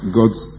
God's